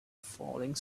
falling